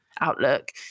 outlook